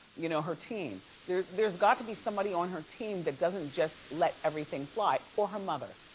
you know, her team. there's there's got to be somebody on her team that doesn't just let everything fly. or her mother.